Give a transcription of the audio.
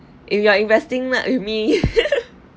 if you are investing that with me